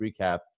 recap